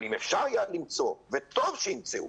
אבל אם אפשר היה למצוא וטוב שימצאו